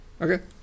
Okay